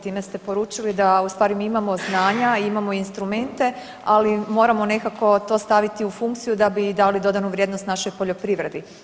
Time ste poručili da u stvari mi imamo znanja, imamo instrumente ali moramo nekako to staviti u funkciju da bi i dali dodanu vrijednost našoj poljoprivredi.